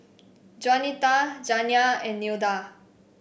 Juanita Janiah and Nilda